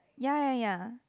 ya ya ya